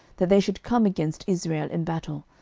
that they should come against israel in battle,